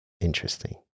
interesting